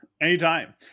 Anytime